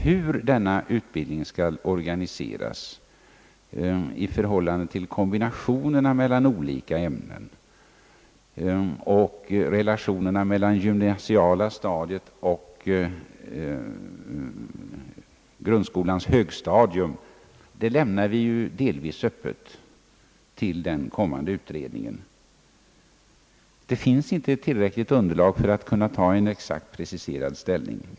Hur denna utbildning skall organiseras i förhållande till kombinationerna mellan olika ämnen och relationerna mellan det gymnasiala stadiet och grundskolans högstadium, lämnar vi ju delvis öppet till den kommande utredningen. Det finns inte tillräckligt underlag för att kunna ta en exakt preciserad ställning.